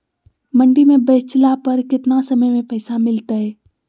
मंडी में बेचला पर कितना समय में पैसा मिलतैय?